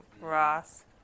Ross